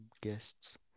guests